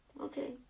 Okay